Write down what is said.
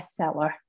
bestseller